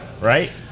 right